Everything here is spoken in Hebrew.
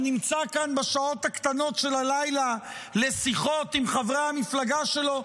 שנמצא כאן בשעות הקטנות של הלילה לשיחות עם חברי המפלגה שלו.